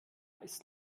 ist